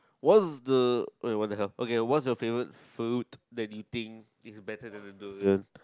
what's the wait what the hell okay what's the favorite food that you think is better than